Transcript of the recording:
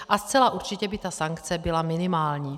A zcela určitě by ta sankce byla minimální.